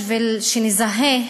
בשביל שנזהה,